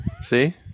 See